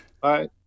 bye